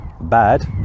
bad